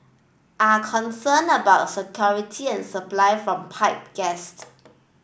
are concerned about security and supply from pipe gas